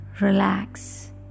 relax